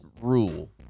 rule